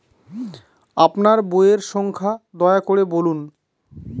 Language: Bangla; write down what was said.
আপনার বইয়ের সংখ্যা দয়া করে বলুন?